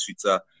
twitter